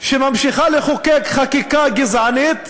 שממשיכה לחוקק חקיקה גזענית,